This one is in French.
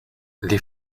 les